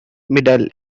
middle